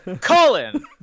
Colin